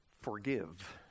Forgive